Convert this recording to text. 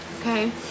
okay